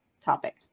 topic